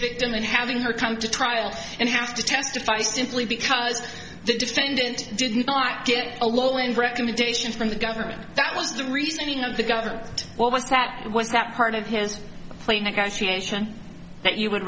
victim and having her come to trial and have to testify simply because the defendant did not get a low end recommendation from the government that was the reasoning of the government what was that was that part of his play negotiation that you would